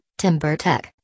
TimberTech